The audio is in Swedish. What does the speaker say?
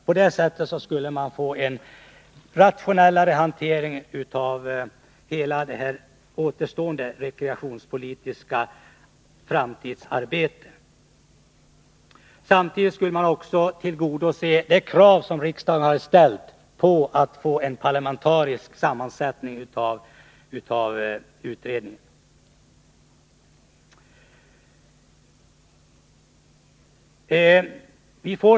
På det sättet skulle vi få en mera rationell hantering av hela detta återstående rekreationspolitiska fritidsarbete. Samtidigt skulle vi tillgodose det krav som riksdagen har ställt på att få en parlamentarisk sammansättning av utredningen.